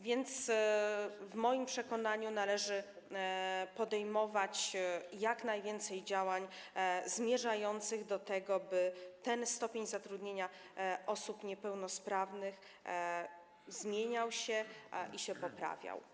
W moim przekonaniu należy więc podejmować jak najwięcej działań zmierzających do tego, by ten stopień zatrudnienia osób niepełnosprawnych zmieniał się i się poprawiał.